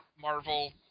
Marvel